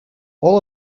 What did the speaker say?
all